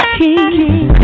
king